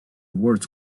words